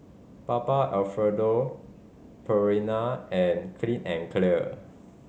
Papa Alfredo Purina and Clean and Clear